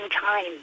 time